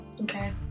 Okay